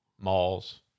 malls